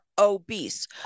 obese